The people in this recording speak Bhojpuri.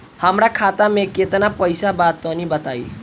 हमरा खाता मे केतना पईसा बा तनि बताईं?